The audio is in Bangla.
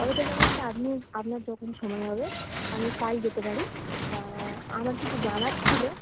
কবে থেকে বলতে আপনি আপনার যখন সময় হবে আমি কাল যেতে পারি তা আমার কিছু জানার ছিলো